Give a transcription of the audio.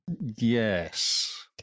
Yes